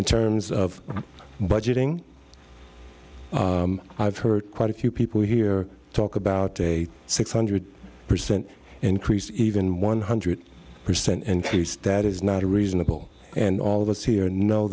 in terms of budgeting i've heard quite a few people here talk about a six hundred percent increase even one hundred percent increase that is not a reasonable and all of us here kno